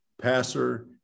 passer